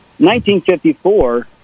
1954